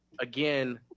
again